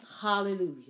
Hallelujah